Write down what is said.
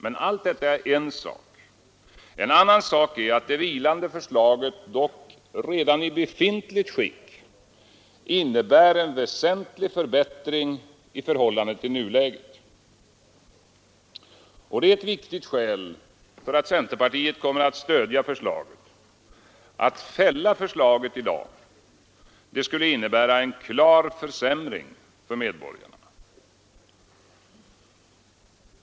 Men allt detta är en sak — en annan sak är att det vilande förslaget dock redan i befintligt skick innebär en väsentlig förbättring i förhållande till nuläget. Detta är ett viktigt skäl för att centerpartiet kommer att stödja förslaget. Att fälla det skulle innebära en klar försämring för medborgarna.